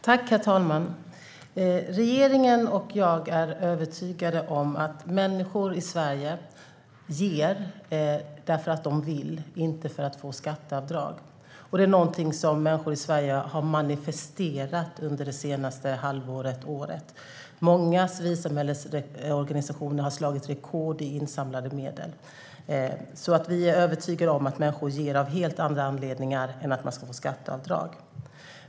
Herr talman! Regeringen och jag är övertygade om att människor i Sverige ger därför att de vill, inte för att få skatteavdrag. Det har människor i Sverige manifesterat under det senaste året. Många av civilsamhällets organisationer har slagit rekord i insamlade medel. Vi är övertygade om att människor ger av helt andra anledningar än att de ska få skatteavdrag.